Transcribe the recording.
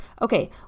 okay